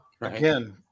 Again